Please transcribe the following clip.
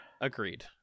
Agreed